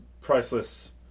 priceless